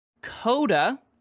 Coda